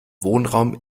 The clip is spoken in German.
wohnraum